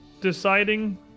deciding